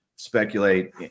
speculate